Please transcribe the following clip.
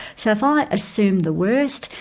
so if i assume the worst,